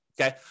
okay